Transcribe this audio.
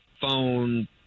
phone